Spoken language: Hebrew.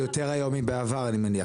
זה יותר היום בעבר אני מניח.